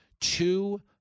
two